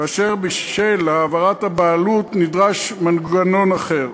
כאשר בשל העברת הבעלות נדרש מנגנון אחר.